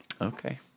Okay